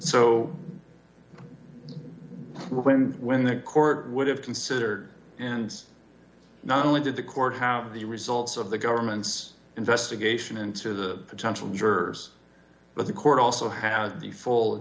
so when the court would have considered and not only did the court house the results of the government's investigation into the potential jurors but the court also has the full